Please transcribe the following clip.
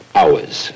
hours